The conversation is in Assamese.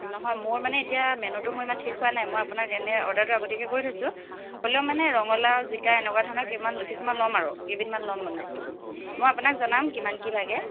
নহয় মোৰ মানে এতিয়া মেনুটো মোৰ ইমান ঠিক হোৱা নাই মই আপোনাক এনে অৰ্ডাৰটো আগতীয়াকৈ কৈ থৈছোঁ হ'লেও মানে ৰঙা লাও জিকা এনেকুৱা ধৰণৰ কিমান কিছুমান লম আৰু কেইবিধ মান ল'ম মানে মই আপোনাক জনাম কিমান কি লাগে